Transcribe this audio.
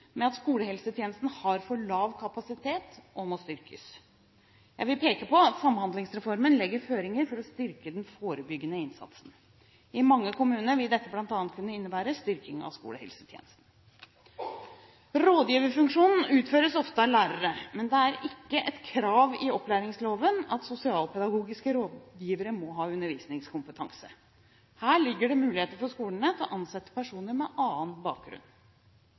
med at skolehelsetjenesten har for lav kapasitet og må styrkes. Jeg vil peke på at Samhandlingsreformen legger føringer for å styrke den forebyggende innsatsen. I mange kommuner vil dette bl.a. kunne innebære styrking av skolehelsetjenesten. Rådgiverfunksjonen utføres ofte av lærere, men det er ikke et krav i opplæringsloven at sosialpedagogiske rådgivere må ha undervisningskompetanse. Her ligger det muligheter for skolene til å ansette personer med annen bakgrunn.